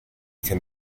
can